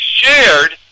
shared